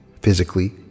physically